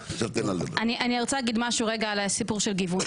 אני רוצה להגיד משהו על הסיפור של גיוון,